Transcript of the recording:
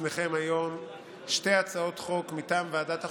אני שמח להביא בפניכם היום שתי הצעות חוק מטעם ועדת החוקה,